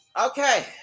okay